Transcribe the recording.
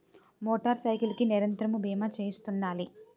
motor cycle కి నిరంతరము బీమా చేయిస్తుండాలి